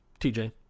TJ